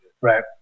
Right